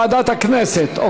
ועדת הכנסת,